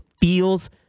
feels